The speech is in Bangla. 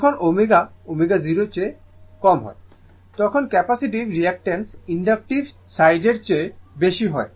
যখন ω ω0 চেয়ে কম হয় তখন ক্যাপাসিটিভ রিঅ্যাকটাঁস ইনডাকটিভ সাইডের চেয়ে বেশি হয়